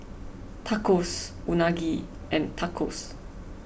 Tacos Unagi and Tacos